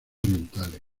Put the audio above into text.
orientales